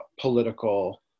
political